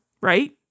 right